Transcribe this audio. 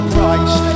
Price